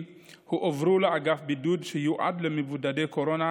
הועברו לאגף בידוד שיועד למבודדי קורונה,